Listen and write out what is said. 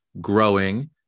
growing